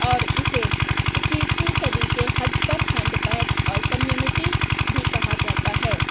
اور اسے اکیسویں صدی کے ہزپر ہینڈ بیگ اور کمیونٹی بھی کہا جاتا ہے